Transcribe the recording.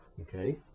okay